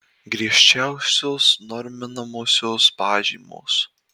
griežčiausios norminamosios pažymos